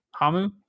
Hamu